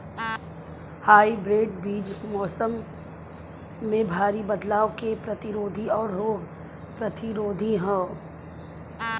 hybrid बीज मौसम में भारी बदलाव के प्रतिरोधी और रोग प्रतिरोधी ह